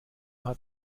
hat